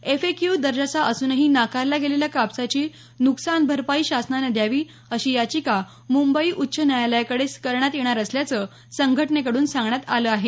FAQ दर्जाचा असूनही नाकारल्या गेलेल्या कापसाची नुकसान भरपाई शासनाने द्यावी अशी याचिका मुंबई उच्च न्यायालयाकडे करण्यात येणार असल्याचं संघटनेकडून सांगण्यात आलं आहे